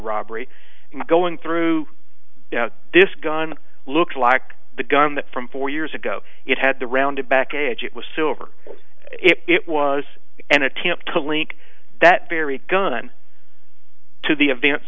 robbery going through this gun looks like the gun that from four years ago it had the rounded back edge it was silver it was an attempt to link that very gun to the events